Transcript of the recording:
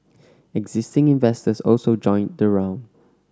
existing investors also joined the round